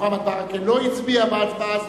בעד,